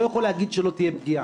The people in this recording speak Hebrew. לא יכול להגיד שלא תהיה פגיעה.